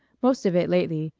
most of it lately,